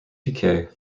piquet